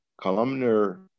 columnar